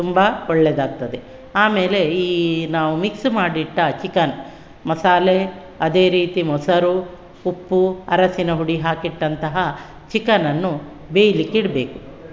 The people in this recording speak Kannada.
ತುಂಬ ಒಳ್ಳೆಯದಾಗ್ತದೆ ಆಮೇಲೆ ಈ ನಾವು ಮಿಕ್ಸ್ ಮಾಡಿಟ್ಟ ಚಿಕನ್ ಮಸಾಲೆ ಅದೇ ರೀತಿ ಮೊಸರು ಉಪ್ಪು ಅರಸಿನ ಹುಡಿ ಹಾಕಿಟ್ಟಂತಹ ಚಿಕನನ್ನು ಬೇಯಲಿಕ್ಕಿಡ್ಬೇಕು